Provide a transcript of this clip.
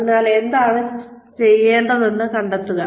അതിനാൽ എന്താണ് ചെയ്യേണ്ടതെന്ന് കണ്ടെത്തുക